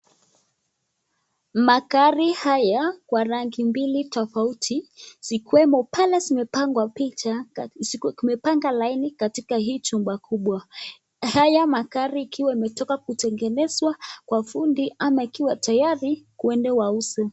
Magari haya kwa rangi mbili tofauti zikiwemo pale zimepangwa picha; zimepanga laini katika chumba hii kubwa. Haya magari ikiwa imetoka kutengenezwa kwa fundi ama ikiwa tayari kuenda wauze.